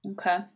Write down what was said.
Okay